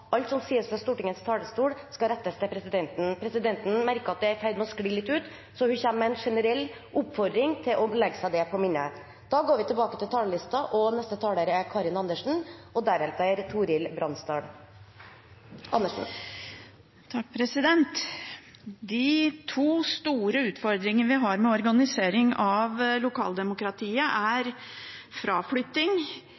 alt som sies fra Stortingets talerstol, skal rettes til presidenten. Presidenten merker at det er i ferd med å skli litt ut, så hun kommer med en generell oppfordring om å legge seg det på minne. De to store utfordringene vi har med organisering av lokaldemokratiet, er